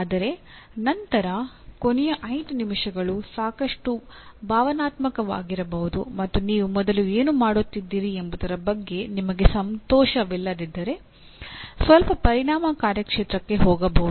ಆದರೆ ನಂತರ ಕೊನೆಯ 5 ನಿಮಿಷಗಳು ಸಾಕಷ್ಟು ಭಾವನಾತ್ಮಕವಾಗಿರಬಹುದು ಮತ್ತು ನೀವು ಮೊದಲು ಏನು ಮಾಡುತ್ತಿದ್ದೀರಿ ಎಂಬುದರ ಬಗ್ಗೆ ನಿಮಗೆ ಸಂತೋಷವಿಲ್ಲದಿದ್ದರೆ ಸ್ವಲ್ಪ ಪರಿಣಾಮ ಕಾರ್ಯಕ್ಷೇತ್ರಕ್ಕೆ ಹೋಗಬಹುದು